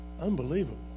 Unbelievable